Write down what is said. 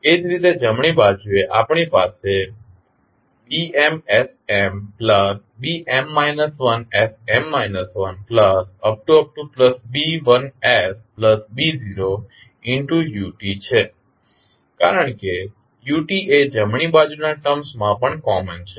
એ જ રીતે જમણી બાજુએ આપણી પાસે bmsmbm 1sm 1b1sb0ut છે કારણ કે ut એ જમણી બાજુ ના ટર્મસ માં પણ કોમન છે